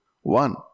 one